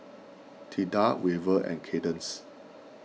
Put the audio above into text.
Tilda Weaver and Cadence